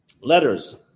letters